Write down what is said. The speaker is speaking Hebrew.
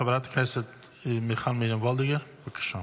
חברת הכנסת מיכל מרים וולדיגר, בבקשה.